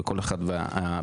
כל אחד ומצוקותיו,